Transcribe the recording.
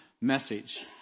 message